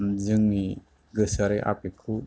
जोंनि गोसोयारि आबेकखौ